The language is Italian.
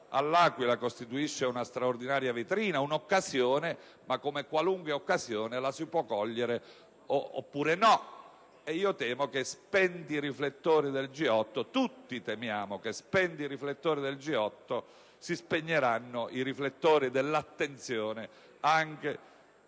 all'Aquila costituisce una straordinaria vetrina, un'occasione, ma come qualunque occasione la si può cogliere oppure no. E io temo - tutti temiamo - che, spenti i riflettori del G8, si spegneranno anche i riflettori dell'attenzione sui